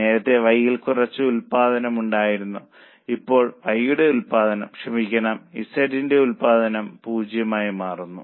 നേരത്തെ Y യിൽ കുറച്ച് ഉത്പാദനം ഉണ്ടായിരുന്നു ഇപ്പോൾ Y യുടെ ഉത്പാദനം ക്ഷമിക്കണം Z ന്റെ ഉത്പാദനം 0 ആയി മാറുന്നു